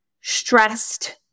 stressed